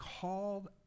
called